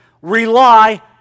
rely